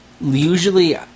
usually